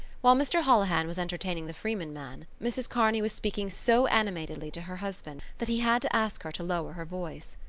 while mr. holohan was entertaining the freeman man mrs. kearney was speaking so animatedly to her husband that he had to ask her to lower her voice.